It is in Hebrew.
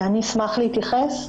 אני אשמח להתייחס.